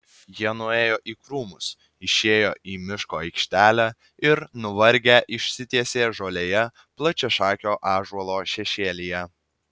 jie nuėjo į krūmus išėjo į miško aikštelę ir nuvargę išsitiesė žolėje plačiašakio ąžuolo šešėlyje